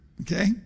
okay